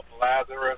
Lazarus